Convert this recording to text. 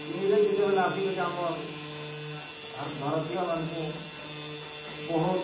ଇଂରେଜ ଯେତେବେଳେ ଆସି କରି ଆମର୍ ଭାରତ ଭାରତୀୟମାନଙ୍କୁ ବହୁତ